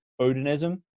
odinism